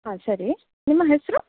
ಹಾಂ ಸರಿ ನಿಮ್ಮ ಹೆಸರು